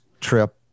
trip